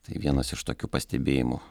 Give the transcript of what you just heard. tai vienas iš tokių pastebėjimų